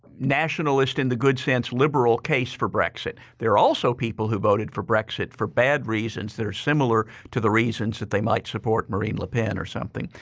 nationalist in the good sense liberal case for brexit. there were also people who voted for brexit for bad reasons that are similar to the reasons that they might support marine le pen or something.